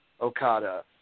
Okada